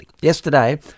Yesterday